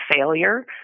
failure